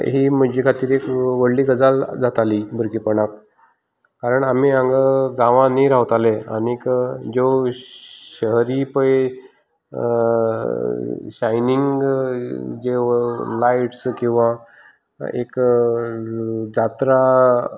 ही म्हजे खातीर एक व्हडली गजाल जाताली भुरगेपणांत कारण आमी हांगा गांवानी रावताले आनीक ज्यो शहरी पळय शायनींग ज्यो लायट्स किंवां एक जात्रां